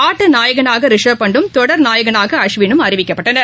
ஆட்டநாயகனாகரிஷப் பந்தும் தொடர் நாயகனாக அஸ்வினும் அறிவிக்கப்பட்டனர்